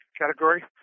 category